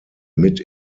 mit